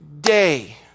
day